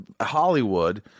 hollywood